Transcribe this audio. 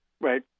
Right